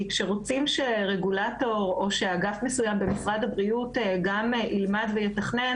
כי כשרוצים שרגולטור או שאגף מסוים במשרד הבריאות גם ילמד ויתכנן,